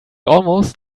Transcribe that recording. almost